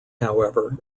however